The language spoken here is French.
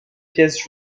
pièces